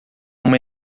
uma